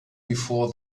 before